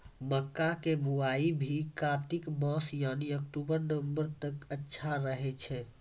मक्का के बुआई भी कातिक मास यानी अक्टूबर नवंबर तक अच्छा रहय छै